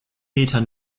meter